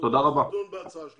נדון בהצעה שלך.